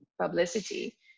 publicity